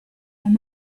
and